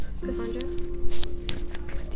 Cassandra